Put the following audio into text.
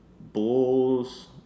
Bulls